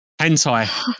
hentai